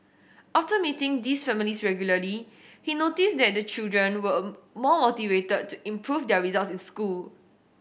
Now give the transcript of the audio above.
after meeting these families regularly he noticed that the children were more motivated to improve their results in school